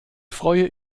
freue